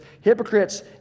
Hypocrites